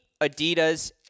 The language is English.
Adidas